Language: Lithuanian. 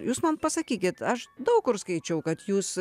jūs man pasakykit aš daug kur skaičiau kad jūs